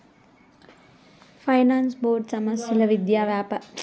finance board సభ్యులు విద్య, వ్యాపారం ప్రభుత్వ సంస్థల నుండి వస్తారు